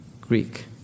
Greek